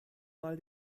mal